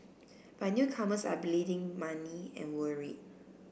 but newcomers are bleeding money and worried